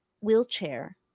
wheelchair